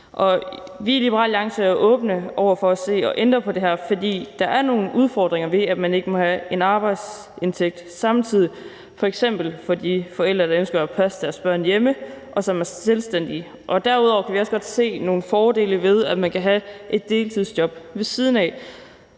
Vi i Liberal Alliance er åbne over for at se på det her og ændre det, for der er nogle udfordringer ved, at man ikke må have en arbejdsindtægt samtidig, f.eks. for de forældre, som ønsker at passe deres børn hjemme, og som er selvstændige. Derudover kan vi også godt se nogle fordele ved, at man kan have et deltidsjob ved siden af.